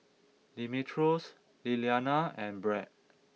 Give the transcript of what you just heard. Demetrios Liliana and Brad